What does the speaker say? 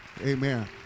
Amen